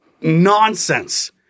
nonsense